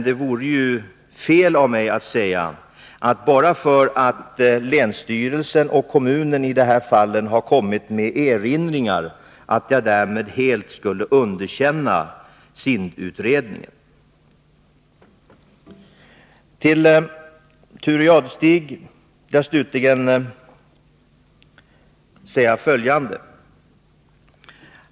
Det vore dock fel av mig att bara därför att länsstyrelsen och 15 november 1982 kommunen har gjort erinringar helt underkänna SIND-utredningen. Årördiltss rg Till Thure Jadestig skall jag slutligen säga följande.